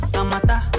Kamata